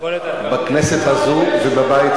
תתבייש